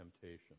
temptation